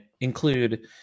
include